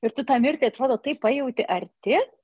ir tu tą mirtį atrodo taip pajauti arti